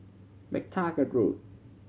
MacTaggart Road